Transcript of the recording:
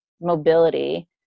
mobility